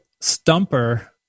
stumper